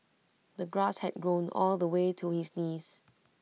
the grass had grown all the way to his knees